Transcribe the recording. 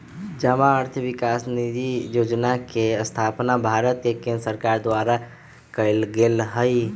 जमा अर्थ विकास निधि जोजना के स्थापना भारत के केंद्र सरकार द्वारा कएल गेल हइ